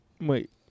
Wait